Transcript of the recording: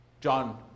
John